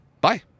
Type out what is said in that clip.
Bye